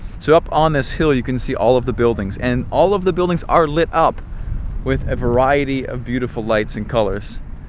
so up on this hill you can see all of the buildings. and all of the buildings are lit up with a variety of beautiful lights and colors.